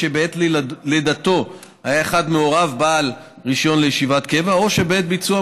שבעת לידתו היה אחד מהוריו בעל רישיון לישיבת קבע או שבעת ביצוע